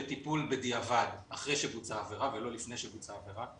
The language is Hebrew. לטיפול בדיעבד אחרי שבוצעה העבירה ולא לפני שבוצעה העבירה,